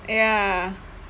ya